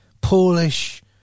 Polish